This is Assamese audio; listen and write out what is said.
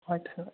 হয় ধন্যবাদ